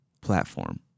platform